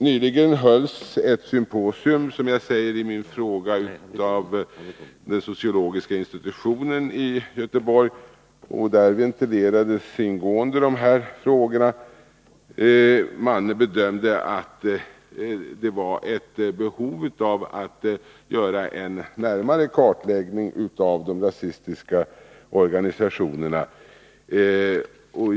Nyligen hölls ett symposium, som jag säger i min fråga, av den sociologiska institutionen i Göteborg. Där ventilerades ingående dessa frågor. Man bedömde att det var ett behov av att göra en närmare kartläggning av de rasistiska organisationerna.